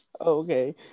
okay